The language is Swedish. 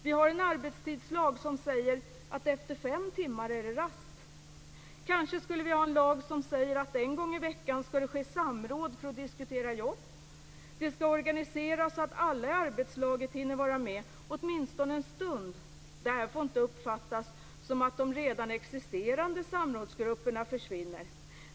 Vi har en arbetstidslag som säger att efter fem timmar skall det vara rast. Kanske skulle vi ha en lag som säger att en gång i veckan skall det ske samråd för att diskutera jobbet. Samrådet skall organiseras så att alla i arbetslaget hinner vara med, åtminstone en stund. Detta får inte uppfattas så att de redan existerande samrådsgrupperna försvinner.